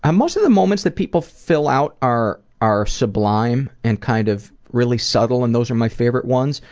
and most of the moments that people fill out are are sublime and kind of really subtle and those are my favorite ones.